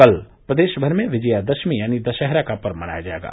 कल प्रदेश भर में विजयादशमी यानी दशहरा का पर्व मनाया जायेगा